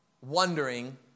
wondering